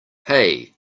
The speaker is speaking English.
hey